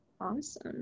Awesome